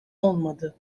olmadı